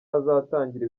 azatangira